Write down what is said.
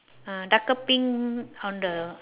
uh darker pink on the